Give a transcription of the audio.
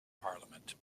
parliament